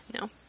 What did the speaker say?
No